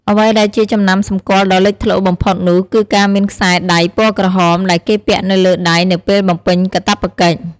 អ្វីដែលជាចំណាំសម្គាល់ដ៏លេចធ្លោបំផុតនោះគឺការមានខ្សែដៃពណ៌ក្រហមដែលគេពាក់នៅលើដៃនៅពេលបំពេញកាតព្វកិច្ច។